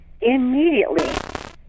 immediately